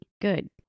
Good